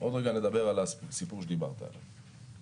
עוד רגע נדבר על הסיפור שדיברת עליו.